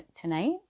tonight